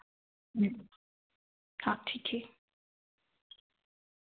हाँ ठीक है